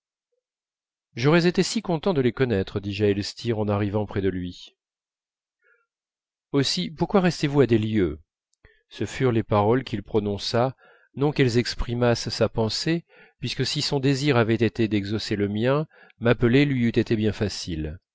j'aurais été si content de les connaître dis-je à elstir en arrivant près de lui aussi pourquoi restez vous à des lieues ce furent les paroles qu'il prononça non qu'elles exprimassent sa pensée puisque si son désir avait été d'exaucer le mien m'appeler lui eût été bien facile